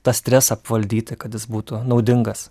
tą stresą apvaldyti kad jis būtų naudingas